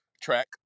track